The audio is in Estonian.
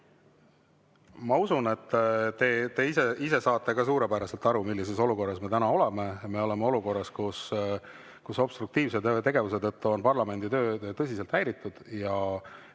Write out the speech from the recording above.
Ma usun, et te ise saate ka suurepäraselt aru, millises olukorras me täna oleme. Me oleme olukorras, kus obstruktiivse tegevuse tõttu on parlamendi töö tõsiselt häiritud,